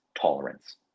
tolerance